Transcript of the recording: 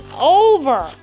over